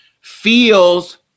feels